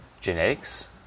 genetics